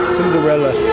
Cinderella